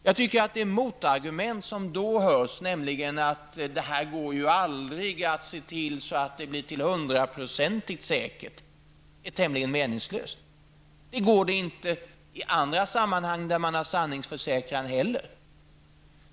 Jag tycker att det motargument som då hörs, nämligen att det aldrig går att se till att det blir hundraprocentigt säkert, är tämligen meningslöst. Det går inte heller i andra sammanhang där man har sanningsförsäkran.